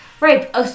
Right